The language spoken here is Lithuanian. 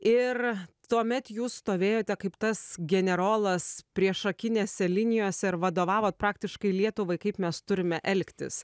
ir tuomet jūs stovėjote kaip tas generolas priešakinėse linijose ir vadovavot praktiškai lietuvai kaip mes turime elgtis